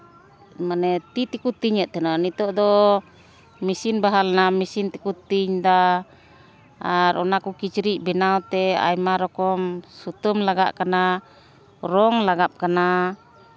ᱢᱟᱱᱮ ᱛᱤ ᱛᱮᱠᱚ ᱛᱤᱧᱮᱫ ᱛᱟᱦᱮᱱᱟ ᱢᱟᱱᱮ ᱱᱤᱛᱚᱜ ᱫᱚ ᱢᱮᱹᱥᱤᱱ ᱵᱟᱦᱟᱞᱱᱟ ᱢᱮᱹᱥᱤᱱ ᱛᱮᱠᱚ ᱛᱮᱧᱫᱟ ᱟᱨ ᱚᱱᱟ ᱠᱚ ᱠᱤᱪᱨᱤᱡ ᱵᱮᱱᱟᱣᱛᱮ ᱟᱭᱢᱟ ᱨᱚᱠᱚᱢ ᱥᱩᱛᱟᱹᱢ ᱞᱟᱜᱟᱜ ᱠᱟᱱᱟ ᱨᱚᱝ ᱞᱟᱜᱟᱜ ᱠᱟᱱᱟ